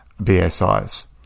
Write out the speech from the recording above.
BSIs